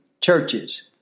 churches